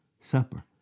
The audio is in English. supper